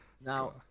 now